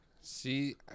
see